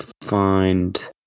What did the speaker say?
find